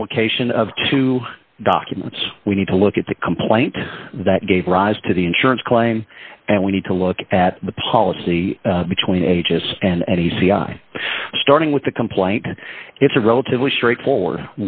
application of two documents we need to look at the complaint that gave rise to the insurance claim and we need to look at the policy between ages and any c i starting with the complaint it's a relatively straightforward